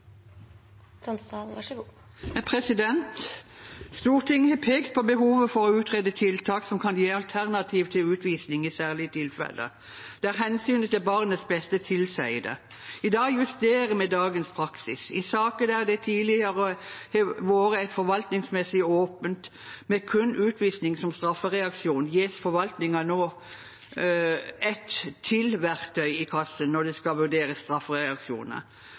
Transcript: Stortinget har pekt på behovet for å utrede tiltak som kan gi alternativ til utvisning i særlige tilfeller der hensynet til barnets beste tilsier det. I dag justerer vi dagens praksis. I saker der det tidligere har vært forvaltningsmessig åpent for kun utvisning som straffereaksjon, gis forvaltningen nå ett verktøy til i kassen når det skal